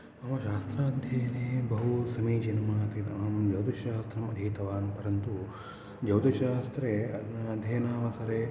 मम शास्त्राध्ययने बहु समीचिनम् आसीत् अहं ज्योतिषशास्त्रम् अधितवान् परन्तु ज्योतिषशास्त्रे अध्ययनावसरे